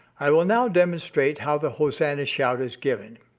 i will now demonstrate how the hosanna shout is given.